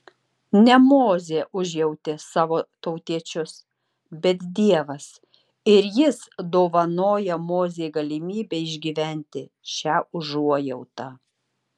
ne mozė užjautė savo tautiečius bet dievas ir jis dovanoja mozei galimybę išgyventi šią užuojautą